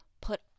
put